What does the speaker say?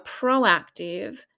proactive